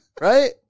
right